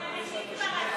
אנשים כבר הלכו.